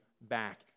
back